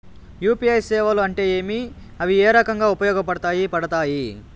UPI సేవలు అంటే ఏమి, అవి ఏ రకంగా ఉపయోగపడతాయి పడతాయి?